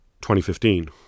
2015